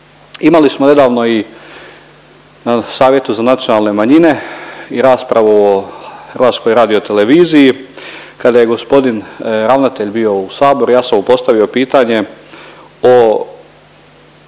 Imali smo nedavno u Savjetu za nacionalne manjine i raspravu o HRT-u kada je gospodin ravnatelj bio u Saboru ja sam mu postavio pitanje o